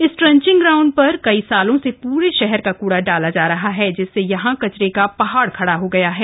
इस trenching ground पर कई सालों से पूरे शहर का क्ड़ा डाला जा रहा है जिससे यहां कचरे का पहाइ खड़ा हो गया है